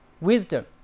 wisdom